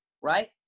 Right